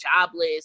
jobless